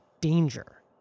danger